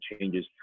changes